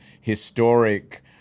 historic